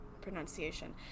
pronunciation